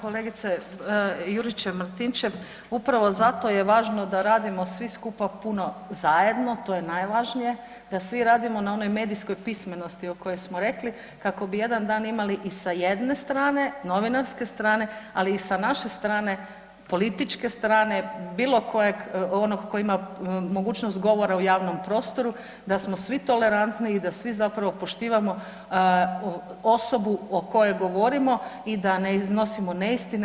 Tako je kolegice Juričev Martinčev, upravo zato je važno da radimo svi skupa puno zajedno, to je najvažnije, da svi radimo na onoj medijskoj pismenosti o kojoj smo rekli kako bi jedan dan imali i sa jedne strane, novinarske strane, ali i sa naše strane političke strane bilo kojeg onog koji ima mogućnost govora u javnom prostoru da smo svi tolerantniji i da svi zapravo poštivamo osobu o kojoj govorimo i da ne iznosimo neistine.